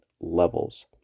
levels